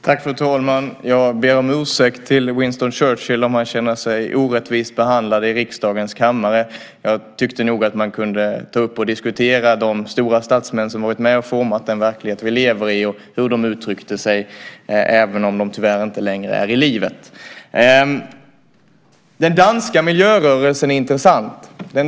Fru talman! Jag ber om ursäkt till Winston Churchill om han känner sig orättvist behandlad i riksdagens kammare. Jag tyckte nog att man kunde ta upp och diskutera de stora statsmän som varit med och format den verklighet vi lever i och hur de uttryckte sig, även om de tyvärr inte längre är i livet. Den danska miljörörelsen är intressant.